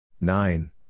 Nine